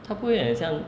它不会很像